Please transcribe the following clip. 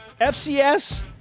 FCS